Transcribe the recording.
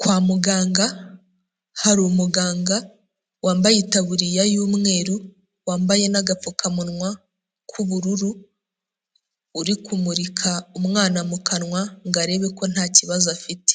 Kwa muganga hari umuganga wambaye itaburiya y'umweru, wambaye n'agapfukamunwa k'ubururu, uri kumurika umwana mu kanwa ngo arebe ko ntakibazo afite.